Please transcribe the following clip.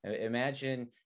Imagine